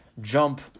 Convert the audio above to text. jump